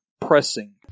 pressing